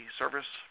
service